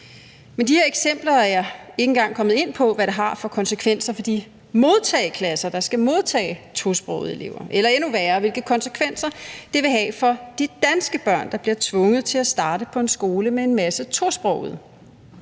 Med de her eksempler er jeg ikke engang kommet ind på, hvad det har af konsekvenser for de modtageklasser, der skal modtage tosprogede elever, eller – endnu værre – hvilke konsekvenser det vil have for de danske børn, der bliver tvunget til at starte på en skole med en masse tosprogede.